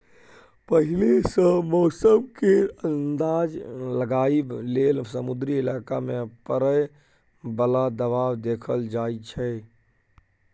पहिले सँ मौसम केर अंदाज लगाबइ लेल समुद्री इलाका मे परय बला दबाव देखल जाइ छै